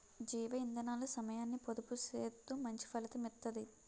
జీవ ఇందనాలు సమయాన్ని పొదుపు సేత్తూ మంచి ఫలితం ఇత్తది